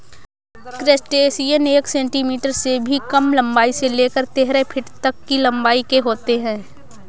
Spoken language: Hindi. क्रस्टेशियन एक सेंटीमीटर से भी कम लंबाई से लेकर तेरह फीट तक की लंबाई के होते हैं